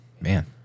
man